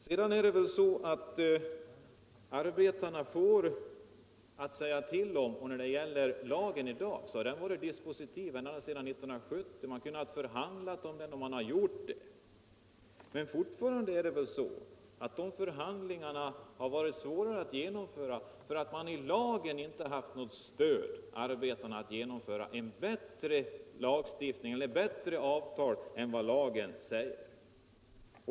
Sedan får väl arbetarna mer att säga till om, och lagen av i dag har varit dispositiv ända sedan 1970. Man har kunnat förhandla om den, och man har gjort det. Men fortfarande är det väl så, att de förhandlingarna har varit svåra att genomföra, därför att det i lagen inte funnits något stöd för arbetarna att uppnå bättre avtal än vad lagen säger.